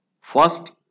First